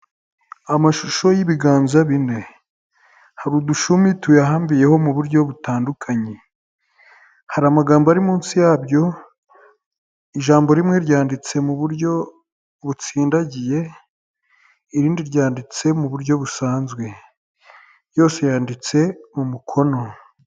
Amashusho y'ibiganza bine hari udushumi tuyahambiyeho mu buryo butandukanye hari amagambo ari munsi yabyo ijambo rimwe ryanditse mu buryo butsindagiye irindi ryanditse mu buryo busanzwe, yose yanditse mu mukono.